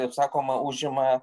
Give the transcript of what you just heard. kaip sakoma užima